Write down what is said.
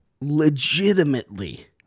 legitimately